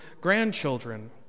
grandchildren